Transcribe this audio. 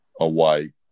away